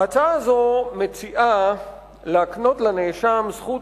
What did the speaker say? (תיקון מס' 9). ההצעה הזאת מציעה להקנות לנאשם זכות